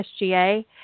SGA